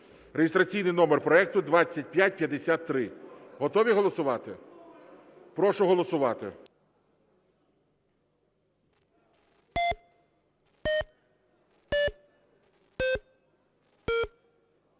(реєстраційний номер проекту 2553). Готові голосувати? Прошу голосувати.